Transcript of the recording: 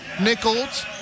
Nichols